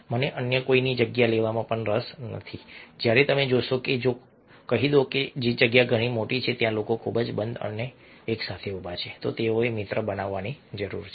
મને અન્ય કોઈની જગ્યા લેવામાં રસ નથી જ્યારે તમે જોશો કે જો કહી દો કે જે જગ્યા ઘણી મોટી છે ત્યાં લોકો ખૂબ જ બંધ અને એકસાથે ઊભા છે તો તેઓએ મિત્રો બનવાની જરૂર છે